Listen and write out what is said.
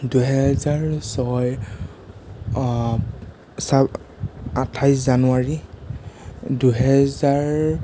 দুহেজাৰ ছয়ৰ ছা আঠাইছ জানুৱাৰী দুহেজাৰ